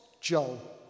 Joel